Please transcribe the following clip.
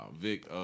Vic